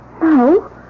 No